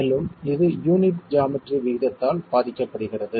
மேலும் இது unit geometry விகிதத்தால் பாதிக்கப்படுகிறது